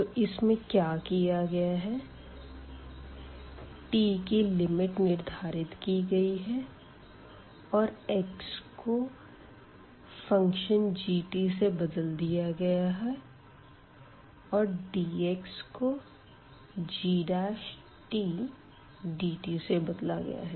तो इसमें क्या किया गया है t की लिमिट निर्धारित की गई है और x को फ़ंक्शन g से बदल दिया गया है और dx को gdt से बदला गया है